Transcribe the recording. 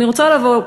אני רוצה לבוא פה,